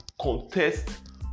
contest